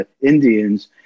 Indians